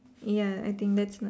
ya I think that's right